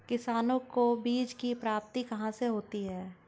किसानों को बीज की प्राप्ति कहाँ से होती है?